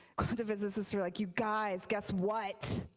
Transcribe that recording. kind of physicists are like you guys, guess what.